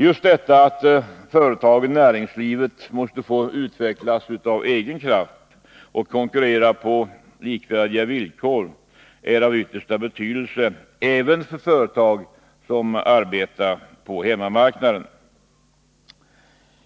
Just detta att företagen/näringslivet måste få utvecklas av egen kraft och konkurrera på likvärdiga villkor är av yttersta betydelse även för företag som arbetar på hemmamarknaden.